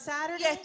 Saturday